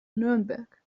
nürnberg